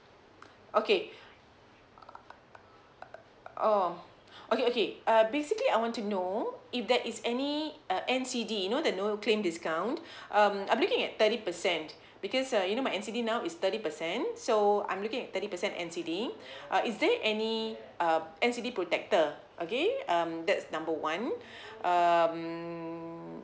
okay oh okay okay uh basically I want to know if there is any uh N_C_D you know the no claim discount um I'm looking at thirty percent because uh you know my N_C_D now is thirty percent so I'm looking at thirty percent N_C_D uh is there any uh N_C_D protector okay um that's number one um